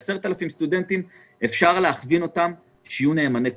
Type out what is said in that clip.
אפשר להכווין 10,000 סטודנטים להיות נאמני קורונה.